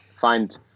find